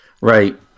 Right